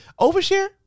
overshare